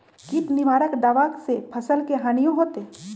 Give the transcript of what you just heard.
किट निवारक दावा से फसल के हानियों होतै?